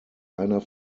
einer